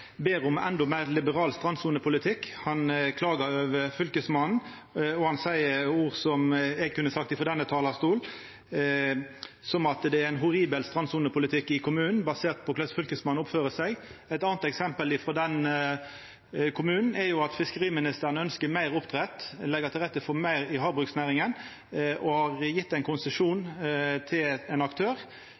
ber om endå meir liberal strandsonepolitikk. Han klagar over Fylkesmannen, og han seier òg, som eg kunne sagt frå denne talarstolen, at det er ein horribel strandsonepolitikk i kommunen basert på korleis Fylkesmannen oppfører seg. Eit anna eksempel frå den kommunen er at fiskeriministeren ønskjer meir oppdrett, vil leggja til rette for meir havbruksnæring, og har gjeve ein konsesjon til ein aktør.